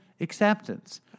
acceptance